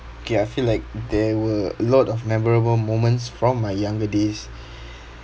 okay I feel like there were a lot of memorable moments from my younger days